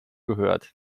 gehört